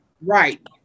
right